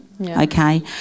Okay